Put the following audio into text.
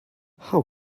how